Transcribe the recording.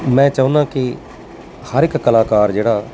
ਮੈਂ ਚਾਹੁੰਦਾ ਕਿ ਹਰ ਇੱਕ ਕਲਾਕਾਰ ਜਿਹੜਾ